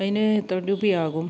അതിന് എത്ര രൂപയാകും